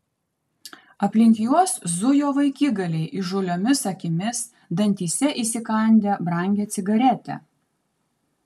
aplink juos zujo vaikigaliai įžūliomis akimis dantyse įsikandę brangią cigaretę